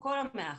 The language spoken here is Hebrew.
על כל המאה אחוז,